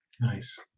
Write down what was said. Nice